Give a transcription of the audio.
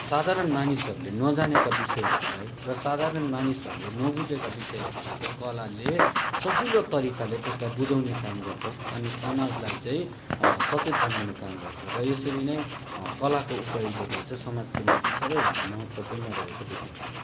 साधारण मानिसहरूले नजानेका विषयहरूलाई र साधारण मानिसहरूले नबुझेका विषयहरूलाई चाहिँ कलाले सजिलो तरिकाले त्यसलाई बुझाउने काम गर्छ अनि समाजलाई चाहिँ सचेत बनाउने काम गर्छ र यसरी नै कलाको उपयोगिता चाहिँ समाजको निम्ति सबैभन्दा महत्त्वपूर्ण रहेको देखिन्छ